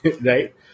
right